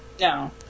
No